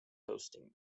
hosting